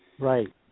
Right